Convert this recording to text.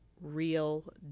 real